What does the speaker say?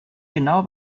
genau